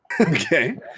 Okay